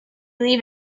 leave